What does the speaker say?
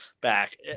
back